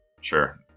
Sure